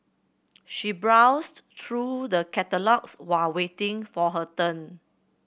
she browsed through the catalogues while waiting for her turn